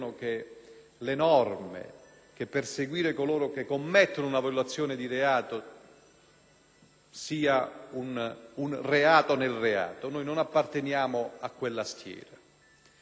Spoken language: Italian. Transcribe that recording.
sia un reato nel reato. Noi non apparteniamo a quella schiera; però non vogliamo neanche appartenere alla schiera di chi ritiene